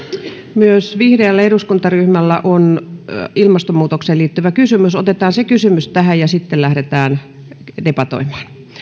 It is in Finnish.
myös vihreällä eduskuntaryhmällä on ilmastonmuutokseen liittyvä kysymys otetaan se kysymys tähän ja sitten lähdetään debatoimaan